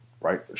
right